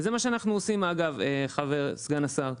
וזה מה שאנחנו עושים, אגב, סגן השר.